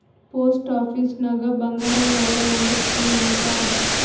post ಆಫೀಸ್ನಾಗ್ ಬಂಗಾರ್ ಮ್ಯಾಲ ಒಂದ್ ಸ್ಕೀಮ್ ಅಂತ್ ಅದಾ